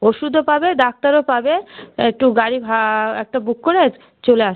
ওষুদও পাবে ডাক্তারও পাবে একটু গাড়ি ভা একটা বুক করে চলে আসো